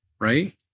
Right